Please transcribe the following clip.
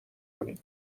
کنیم